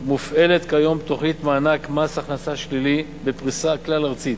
מופעלת כיום תוכנית מענק מס הכנסה שלילי בפריסה כלל-ארצית.